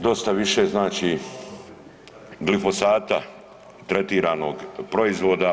Dosta više znači glifosata tretiranog proizvoda.